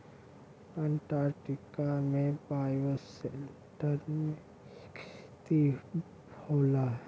Antarctica में bioshelter में ही खेती होला